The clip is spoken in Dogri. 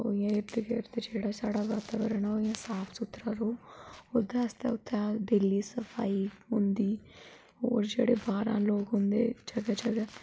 इर्ध गिर्ध जेहडा साडा बातावरण ऐ ओह् इयां साफ सुथरा रोवे ओहदे आस्ते डैली सफाई होंदी और जेहडे बाहरा लोग ओंदे जगह जगह